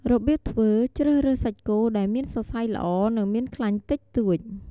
របៀបធ្វើ ជ្រើសរើសសាច់គោដែលមានសរសៃល្អ និងមានខ្លាញ់តិចតួច។